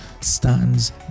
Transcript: stands